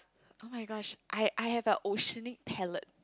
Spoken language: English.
oh-my-gosh I I have a oceanic palette